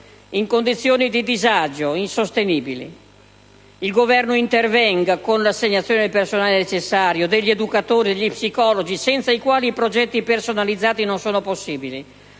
in condizioni di disagio insostenibili. Il Governo intervenga con l'assegnazione del personale necessario, degli educatori e degli psicologi, senza i quali i progetti personalizzati non sono possibili.